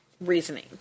reasoning